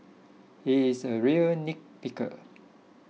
he is a real nit picker